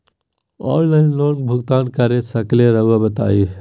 Online loan भुगतान कर सकेला राउआ बताई?